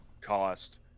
cost